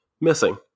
missing